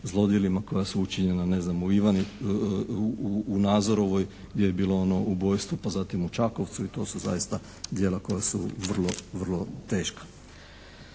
zlodjelima koja su učinjena ne znam u Nazorovoj gdje je bilo ono ubojstvo, pa zatim u Čakovcu. To su zaista djela koja su vrlo, vrlo teška.